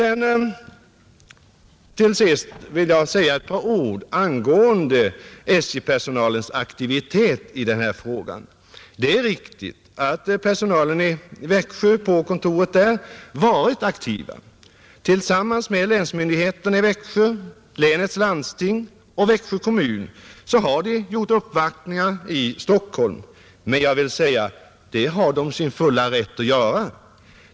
Jag vill också säga ett par ord angående SJ-personalens aktivitet i denna fråga. Det är riktigt att personalen på Växjökontoret varit aktiv. Tillsammans med länsmyndigheterna i Växjö, länets landsting och Växjö kommun har personalen gjort uppvaktningar i Stockholm, men det är den i sin fulla rätt att göra.